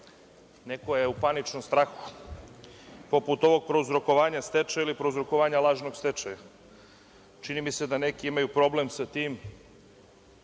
neko je u paničnom strahu, poput ovog prouzrokovanja stečaja ili prouzrokovanja lažnog stečaja. Čini mi se da neki imaju problem sa tim